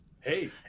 Hey